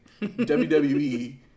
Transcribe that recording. WWE